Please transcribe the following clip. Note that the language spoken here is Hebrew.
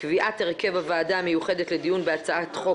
קביעת הרכב הוועדה המיוחדת לדיון חוק